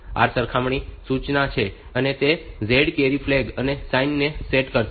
આ સરખામણી સૂચના છે અને તે z કેરી ફ્લેગ અને સાઇન ને સેટ કરશે